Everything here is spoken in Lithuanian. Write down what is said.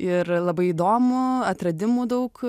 ir labai įdomu atradimų daug